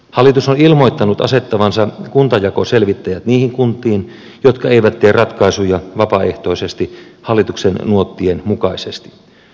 hallitus on ilmoittanut asettavansa kuntajakoselvittäjät niihin kuntiin jotka eivät tee ratkaisuja vapaaehtoisesti hallituksen nuottien mukaisesti